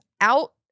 out